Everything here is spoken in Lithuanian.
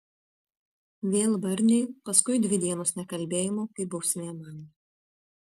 vėl barniai paskui dvi dienos nekalbėjimo kaip bausmė man